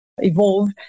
Evolve